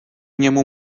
němu